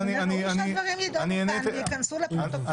ומן הראוי שהדברים יידונו כאן וייכנסו לפרוטוקול.